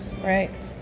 right